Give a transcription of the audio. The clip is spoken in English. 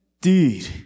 deed